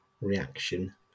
reaction